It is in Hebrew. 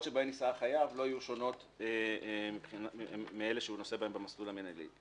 שבהן יישא החייב לא יהיו שונות מאלה שהוא נושא בהן במסלול המינהלי.